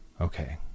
Okay